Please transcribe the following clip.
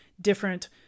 different